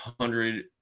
hundred